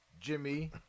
Jimmy